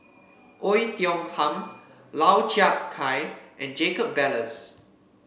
Oei Tiong Ham Lau Chiap Khai and Jacob Ballas